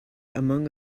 among